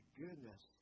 goodness